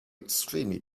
extremely